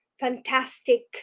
fantastic